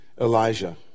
Elijah